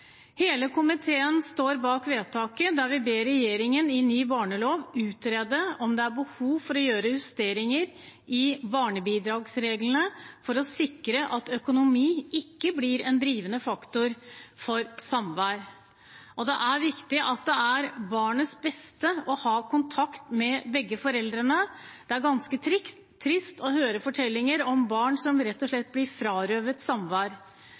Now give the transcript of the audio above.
Hele komiteen står bak vedtaket der vi ber regjeringen i ny barnelov utrede om det er behov for å gjøre justeringer i barnebidragsreglene for å sikre at økonomi ikke blir en drivende faktor for samvær. Det er viktig at det er barnets beste å ha kontakt med begge foreldrene, og det er ganske trist å høre fortellinger om barn som rett og slett blir frarøvet samvær.